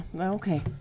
okay